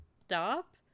stop